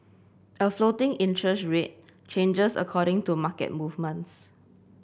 a floating interest rate changes according to market movements